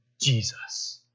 Jesus